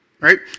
Right